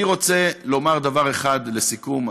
אני רוצה לומר דבר אחד לסיכום,